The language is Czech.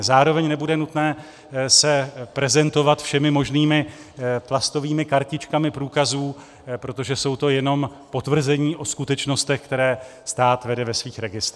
Zároveň nebude nutné se prezentovat všemi možnými plastovými kartičkami průkazů, protože jsou to jenom potvrzení o skutečnostech, které stát vede ve svých registrech.